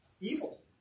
evil